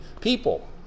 people